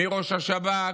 מראש השב"כ.